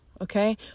okay